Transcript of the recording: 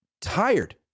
tired